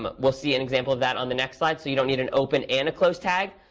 um we'll see an example of that on the next slide. so you don't need an open and a close tag.